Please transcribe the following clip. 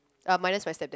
I will minus my step dad